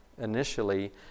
initially